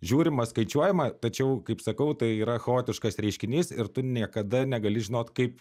žiūrima skaičiuojama tačiau kaip sakau tai yra chaotiškas reiškinys ir tu niekada negali žinot kaip